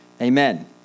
Amen